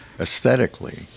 aesthetically